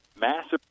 massive